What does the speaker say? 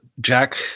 Jack